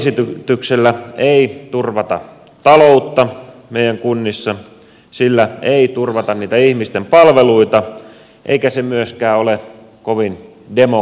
tällä lakiesityksellä ei turvata taloutta meidän kunnissa sillä ei turvata niitä ihmisten palveluita eikä se myöskään ole kovin demokraattinen